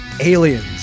Aliens